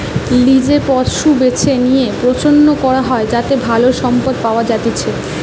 লিজে পশু বেছে লিয়ে প্রজনন করা হয় যাতে ভালো সম্পদ পাওয়া যাতিচ্চে